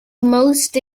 most